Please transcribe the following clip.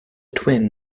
twin